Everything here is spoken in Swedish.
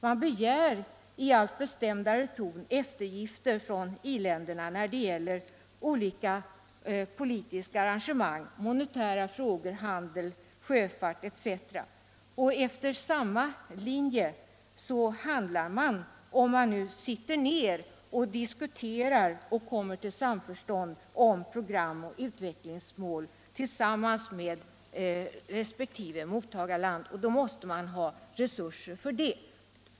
Man begär i allt bestämdare toner eftergifter från i-länderna när det gäller olika politiska arrangemang, monetära frågor, handel, sjöfart etc. Efter samma linje handlar man om man nu sitter ned och diskuterar och kommer till samförstånd med resp. mottagarland om program och utvecklingsmål.